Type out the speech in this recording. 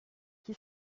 qui